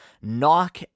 knock